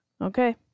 Okay